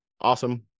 Awesome